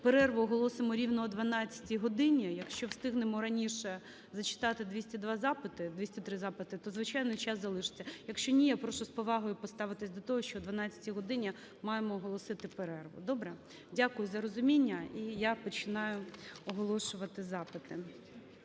перерву оголосимо рівно о 12 годині, якщо встигнемо раніше зачитати 202 запити, 203 запити, то, звичайно, час залишиться. Якщо ні, я прошу з повагою поставитися до того, що о 12 годині маємо оголосити перерву. Добре? Дякую за розуміння. І я починаю оголошувати запити.